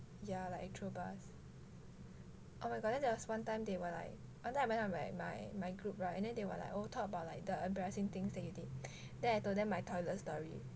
ya like actual bus oh my god then there was one time they were like one time I went out my my my group [right] and then they were like oh talk about like the embarrassing things that you did then I told them my toilet story